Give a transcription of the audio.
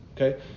okay